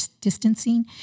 distancing